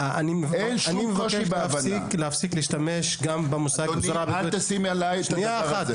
אין שום קושי בהבנה ואני מבקש ממך אדוני שלא תשים עליי את הדבר הזה.